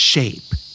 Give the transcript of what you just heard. Shape